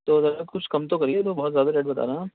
تو ذرا کچھ کم تو کریے یہ تو بہت زیادہ ریٹ بتا رہے ہیں آپ